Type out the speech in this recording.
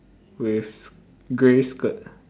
with grey skirt